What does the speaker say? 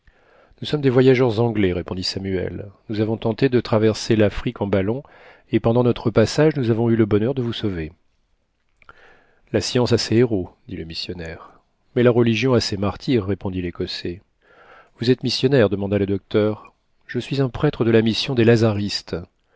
nous sommes des voyageurs anglais répondit samuel nous avons tenté de traverser l'afrique en ballon et pendant notre passage nous avons eu le bonheur de vous sauver la science a ses héros dit le missionnaire mais la religion a ses martyrs répondit l'écossais vous êtes missionnaire demanda le docteur je suis un prêtre de la mission des lazaristes